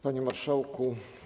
Panie Marszałku!